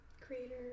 Creator